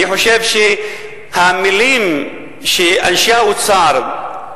אני חושב שהמלים שאנשי האוצר,